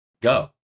go